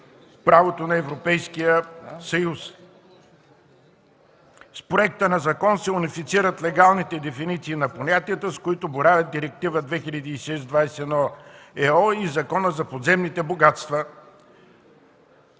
правото на Европейския съюз. С проекта на закон се унифицират легалните дефиниции на понятията, с които боравят Директива 2006/21/ЕО и Законът за подземните богатства.